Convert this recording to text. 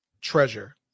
treasure